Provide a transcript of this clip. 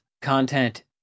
content